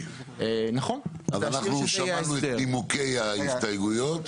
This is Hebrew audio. אז אנחנו שמענו את נימוקי ההסתייגויות,